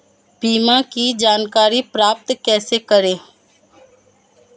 बीमा की जानकारी प्राप्त कैसे करें?